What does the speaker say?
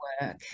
work